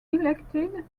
elected